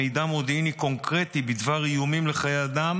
מידע מודיעיני קונקרטי בדבר איומים על חיי אדם